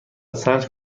سنج